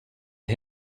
ihr